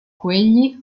quegli